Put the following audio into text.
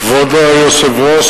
כבוד היושב-ראש,